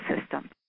system